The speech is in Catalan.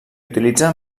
utilitza